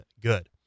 good